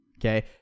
Okay